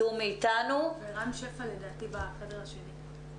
רם שפע נמצא בחדר השני.